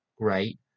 great